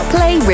Play